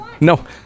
No